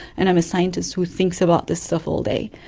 and i'm a scientist who thinks about this stuff all day.